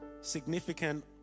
significant